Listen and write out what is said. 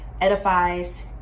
edifies